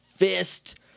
fist